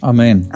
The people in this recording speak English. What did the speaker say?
Amen